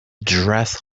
dress